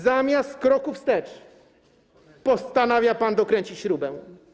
Zamiast kroku wstecz postanawia pan dokręcić śrubę.